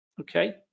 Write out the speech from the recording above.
okay